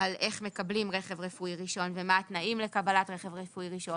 על איך מקבלים רכב רפואי ראשון ומה התנאים לקבלת רכב רפואי ראשון,